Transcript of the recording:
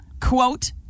Quote